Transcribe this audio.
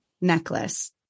necklace